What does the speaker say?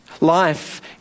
Life